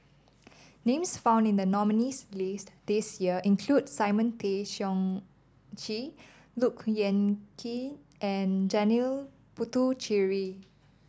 names found in the nominees' list this year include Simon Tay Seong Chee Look Yan Kit and Janil Puthucheary